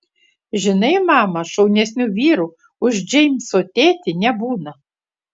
žinai mama šaunesnių vyrų už džeimso tėtį nebūna